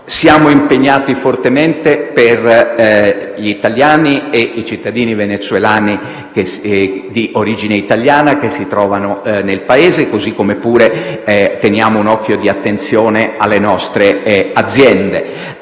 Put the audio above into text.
Siamo fortemente impegnati per gli italiani e i cittadini venezuelani di origine italiana che si trovano nel Paese, così come riserviamo particolare attenzione alle nostre aziende.